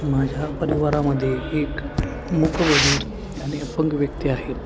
माझ्या परिवारामध्ये एक मुकबधीर आणिअपंग व्यक्ती आहेत